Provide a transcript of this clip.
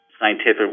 scientific